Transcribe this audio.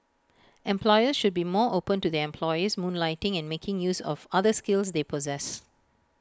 employers should be more open to their employees moonlighting and making use of other skills they possess